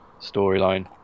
storyline